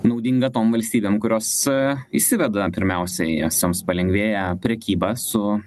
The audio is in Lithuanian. naudinga tom valstybėm kurios e įsiveda pirmiausiai nes joms palengvėja prekyba su